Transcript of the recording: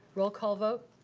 roll call vote?